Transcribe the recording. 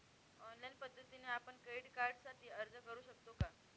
Online पद्धतीने आपण credit कार्डसाठी अर्ज करु शकतो का?